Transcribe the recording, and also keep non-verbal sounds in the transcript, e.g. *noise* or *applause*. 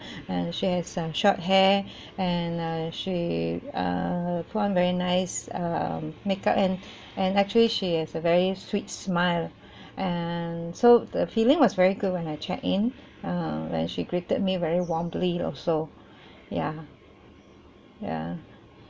*breath* and she has some short hair *breath* and uh she err put on very nice um makeup and and actually she has a very sweet smile *breath* and so the feeling was very good when I checked in um when she greeted me very warmly also *breath* ya ya